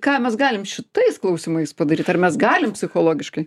ką mes galim šitais klausimais padaryt ar mes galim psichologiškai